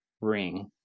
ring